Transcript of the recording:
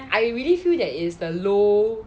I really feel that is the low